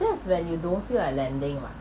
that's when you don't feel like lending [what]